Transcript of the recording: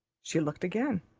she looked again.